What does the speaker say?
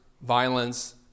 violence